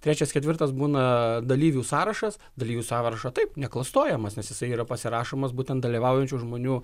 trečias ketvirtas būna dalyvių sąrašas dalyvių sąrašo taip neklastojamas nes jisai yra pasirašomas būtent dalyvaujančių žmonių